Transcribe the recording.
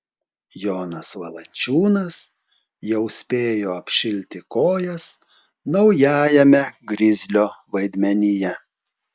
jonas valančiūnas jau spėjo apšilti kojas naujajame grizlio vaidmenyje